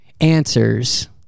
answers